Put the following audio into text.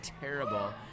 terrible